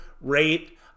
rate